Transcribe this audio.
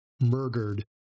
murdered